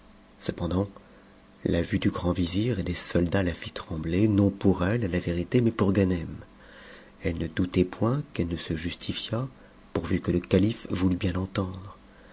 cependant la vue du grand vizir et des soldats la fit trembler non pour elle à la vérité mais pour ganem elle ne doutait point qu'elle ne se justifiât pourvu que le calife voulàt bien l'entendre